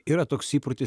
yra toks įprotis